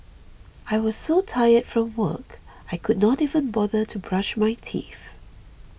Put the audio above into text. I was so tired from work I could not even bother to brush my teeth